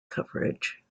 coverage